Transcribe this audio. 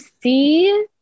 see